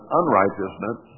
unrighteousness